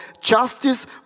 justice